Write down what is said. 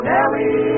Nellie